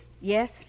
yes